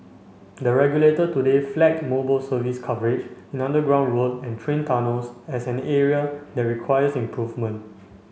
the regulator today flag mobile service coverage in underground road and train tunnels as an area that requires improvement